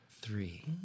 three